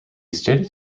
stated